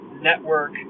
network